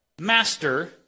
Master